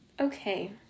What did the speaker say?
Okay